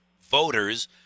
voters